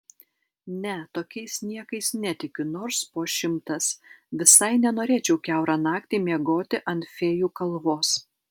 ne tokiais niekais netikiu nors po šimtas visai nenorėčiau kiaurą naktį miegoti ant fėjų kalvos